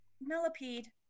millipede